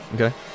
Okay